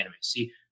See